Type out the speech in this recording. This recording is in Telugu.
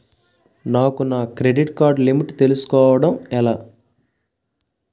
నాకు నా క్రెడిట్ కార్డ్ లిమిట్ తెలుసుకోవడం ఎలా?